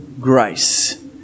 grace